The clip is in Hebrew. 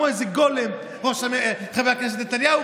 כמו איזה גולם: חבר הכנסת נתניהו,